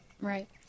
right